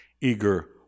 eager